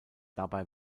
dabei